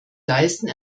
leisten